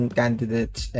candidates